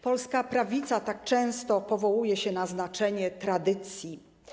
Polska prawica tak często powołuje się na znaczenie tradycji.